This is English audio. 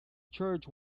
church